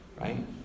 Right